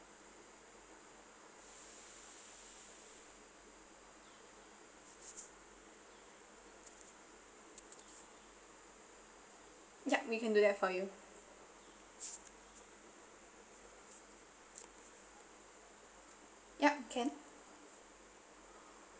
yup we can do that for you yup can